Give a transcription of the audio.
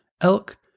elk